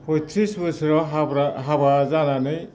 फयथ्रिस बोसोराव हाबा जानानै